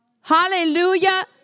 Hallelujah